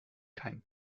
kein